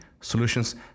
Solutions